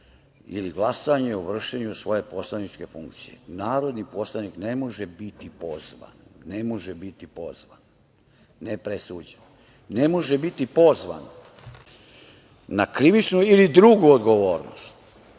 ili glasanje u vršenju svoje poslaničke funkcije, narodni poslanik ne može biti pozvan. Dakle, ne može biti pozvan, ne presuđen. Ne može biti pozvan na krivičnu ili drugu odgovornost.E